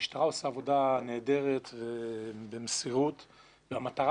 המשטרה עושה עבודה נהדרת ובמסירות והמטרה